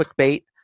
clickbait